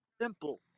simple